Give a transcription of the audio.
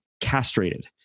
castrated